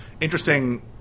interesting